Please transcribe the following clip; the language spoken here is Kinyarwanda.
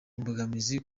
imbogamizi